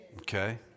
Okay